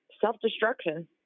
self-destruction